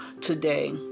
today